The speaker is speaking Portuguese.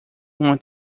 uma